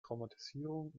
traumatisierung